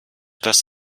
das